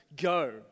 go